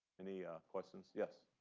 any questions? yes?